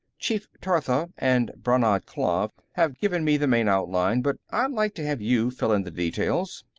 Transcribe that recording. chief tortha, and brannad klav, have given me the main outline, but i'd like to have you fill in the details.